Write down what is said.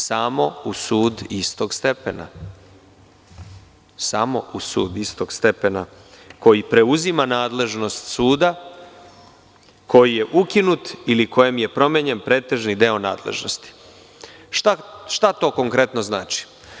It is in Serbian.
Znači, samo u sud istog stepena, „koji preuzima nadležnost suda koji je ukinut ili kojem je promenjen pretežni deo nadležnosti.“ Šta to konkretno znači?